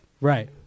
Right